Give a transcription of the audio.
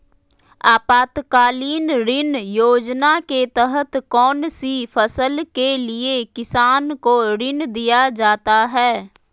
आपातकालीन ऋण योजना के तहत कौन सी फसल के लिए किसान को ऋण दीया जाता है?